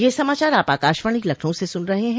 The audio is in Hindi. ब्रे क यह समाचार आप आकाशवाणी लखनऊ से सुन रहे हैं